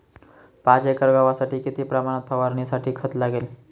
पाच एकर गव्हासाठी किती प्रमाणात फवारणीसाठी खत लागेल?